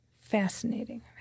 Fascinating